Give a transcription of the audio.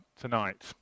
tonight